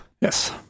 Yes